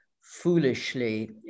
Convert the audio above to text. foolishly